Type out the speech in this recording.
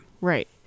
right